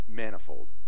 manifold